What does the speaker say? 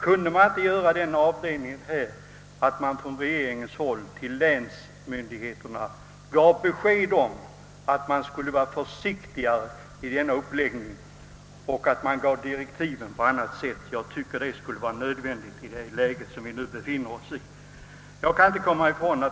Kan man inte från regeringshåll till länsmyndigheterna ge besked om att vara försiktigare vid tillståndsgivningen och lämna bestämda direktiv? Jag tycker att detta är nödvändigt i det läge vi nu befinner oss i.